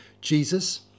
Jesus